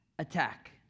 Attack